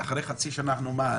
ואחרי חצי שנה אנחנו מה?